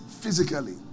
physically